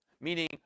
meaning